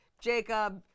Jacob